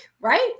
right